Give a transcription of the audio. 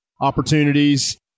opportunities